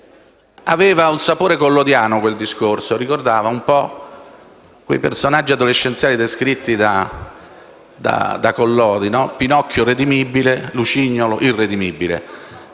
aveva un sapore collodiano, in quanto ricordava un po' quei personaggi adolescenziali descritti da Collodi: Pinocchio redimibile, Lucignolo irredimibile.